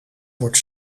wordt